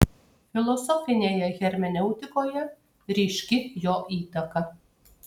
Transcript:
filosofinėje hermeneutikoje ryški jo įtaka